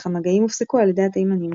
אך המגעים הופסקו על ידי התימנים.